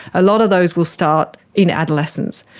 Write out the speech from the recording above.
a lot of those will start in adolescence.